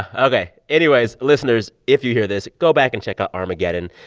ah ok. anyways, listeners, if you hear this, go back and check out armageddon.